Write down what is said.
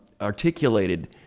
articulated